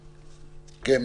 ברור.